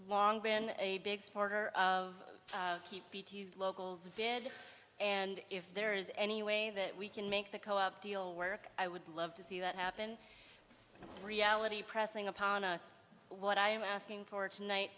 long been a big supporter of keep locals bid and if there is any way that we can make the deal work i would love to see that happen reality pressing upon us what i am asking for tonight